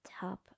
top